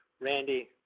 Randy